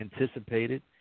anticipated